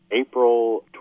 April